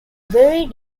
very